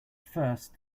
first